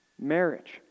marriage